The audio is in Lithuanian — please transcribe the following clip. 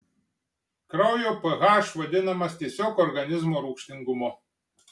kraujo ph vadinamas tiesiog organizmo rūgštingumu